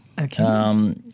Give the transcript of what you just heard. Okay